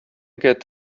get